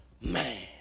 man